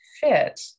fit